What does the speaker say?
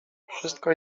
wszystko